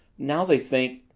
now they think,